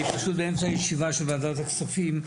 אני פשוט באמצע ישיבה של ועדת הכספים.